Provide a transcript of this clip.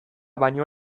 baino